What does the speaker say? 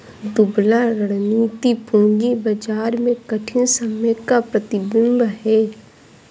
दुबला रणनीति पूंजी बाजार में कठिन समय का प्रतिबिंब है